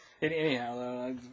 Anyhow